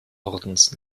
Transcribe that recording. ordens